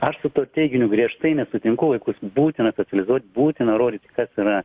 aš su tuo teiginiu griežtai nesutinku vaikus būtina socializuot būtina rodyti kas yra